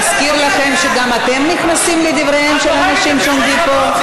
להזכיר לכם שגם אתם נכנסים לדבריהם של אנשים שעומדים פה?